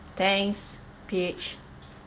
thanks P H